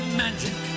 magic